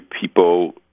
people